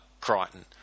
Crichton